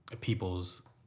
people's